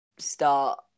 Start